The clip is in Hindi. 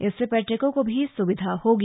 इससे पर्यटकों को भी सुविधा होगी